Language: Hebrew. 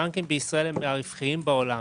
הבנקים בישראל הם מהרווחיים בישראל.